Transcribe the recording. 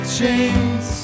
chains